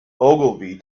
ogilvy